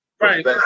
Right